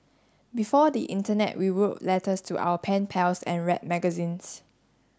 before the internet we wrote letters to our pen pals and read magazines